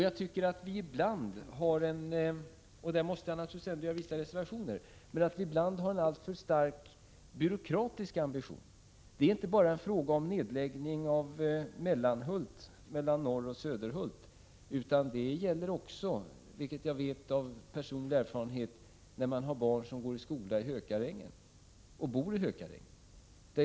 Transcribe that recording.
Jag tycker att vi ibland — men där måste jag göra vissa reservationer — har en alltför stark byråkratisk ambition. Det handlar inte bara om ett val mellan Norrhult och Söderhult vid en nedläggning av skolan i Mellanhult, utan det gäller också — det vet jag av personlig erfarenhet — när man har barn som går i skola i Hökarängen och bor i Hökarängen.